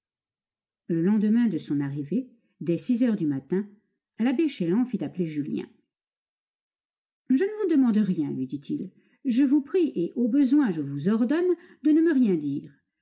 le lendemain de son arrivée dès six heures du matin l'abbé chélan fit appeler julien je ne vous demande rien lui dit-il je vous prie et au besoin je vous ordonne de ne me rien dire